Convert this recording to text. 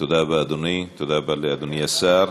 תודה רבה, אדוני, תודה רבה לאדוני השר.